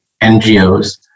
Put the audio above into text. NGOs